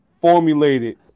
formulated